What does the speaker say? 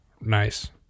nice